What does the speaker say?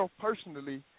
personally